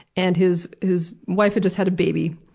and his his wife had just had a baby,